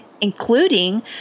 including